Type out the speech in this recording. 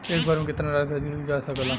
एक बार में केतना राशि भेजल जा सकेला?